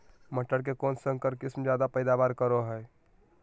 मटर के कौन संकर किस्म जायदा पैदावार करो है?